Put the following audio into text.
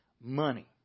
money